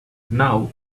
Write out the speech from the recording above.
now